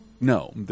no